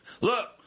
Look